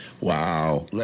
Wow